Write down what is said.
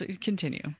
Continue